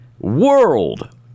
world